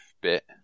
bit